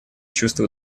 чувства